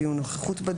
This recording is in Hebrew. נוכחות בדיון,